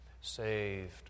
Saved